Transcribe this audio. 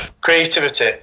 Creativity